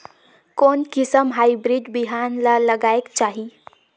कोन किसम हाईब्रिड बिहान ला लगायेक चाही?